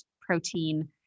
protein